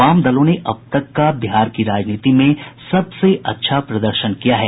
वामदलों ने अब तक का बिहार की राजनीति में सबसे अच्छा प्रदर्शन किया है